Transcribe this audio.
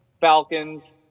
Falcons